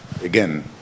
again